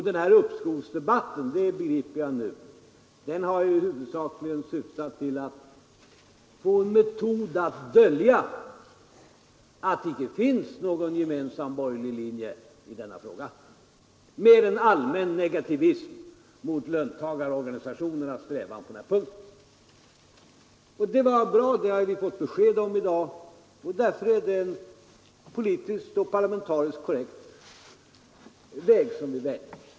Den här uppskovsdebatten — det begriper jag nu — har huvudsakligen syftat till att få en metod för att dölja att det icke finns någon gemensam borgerlig linje i denna fråga — mer än en allmän negativism mot löntagarorganisationernas strävan på denna punkt. Det är bra att vi fick besked om detta i dag. Därför är det politiskt och parlamentariskt sett en korrekt väg som vi väljer.